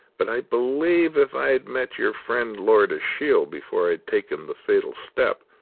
but i believe if i'd met your friend, lord ashiel, before i'd taken the fatal step,